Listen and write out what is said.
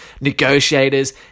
negotiators